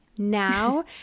now